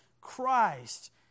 Christ